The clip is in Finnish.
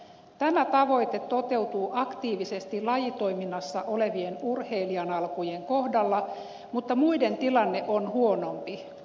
tämä tavoite toteutuu aktiivisesti lajitoiminnassa olevien urheilijanalkujen kohdalla mutta muiden tilanne on huonompi